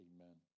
Amen